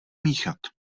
míchat